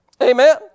Amen